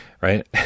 right